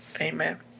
Amen